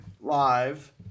Live